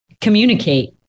communicate